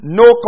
no